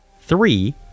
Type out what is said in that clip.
Three